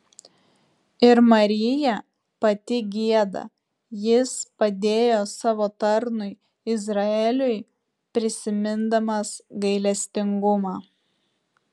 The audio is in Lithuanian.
ir marija pati gieda jis padėjo savo tarnui izraeliui prisimindamas gailestingumą